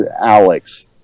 Alex